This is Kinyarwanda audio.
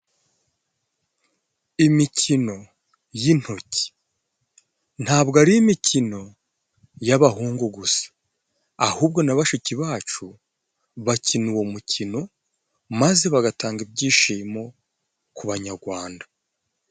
Imikino y'intoki ntabwo ari imikino y'abahungu gusa, ahubwo na bashiki bacu bakina uwo mukino maze bagatanga ibyishimo ku banyarwanda.